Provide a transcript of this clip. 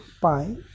pi